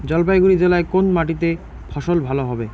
জলপাইগুড়ি জেলায় কোন মাটিতে ফসল ভালো হবে?